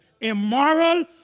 immoral